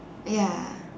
ya